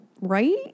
Right